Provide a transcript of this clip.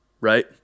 right